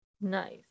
Nice